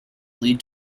lead